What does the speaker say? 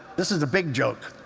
this is a big joke.